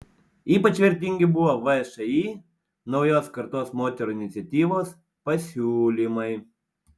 ypač vertingi buvo všį naujos kartos moterų iniciatyvos pasiūlymai